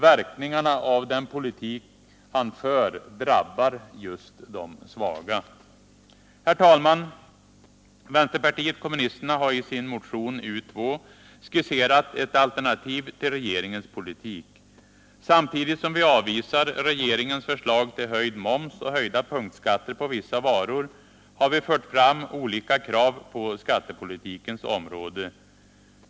Verkningarna av den politik han för drabbar just de svaga. Herr talman! Vänsterpartiet kommunisterna har i sin motion U:2 skisserat ett alternativ till regeringens politik. Samtidigt som vi avvisar regeringens förslag till höjd moms och höjda punktskatter på vissa varor har vi fört fram olika krav på skattepolitikens område.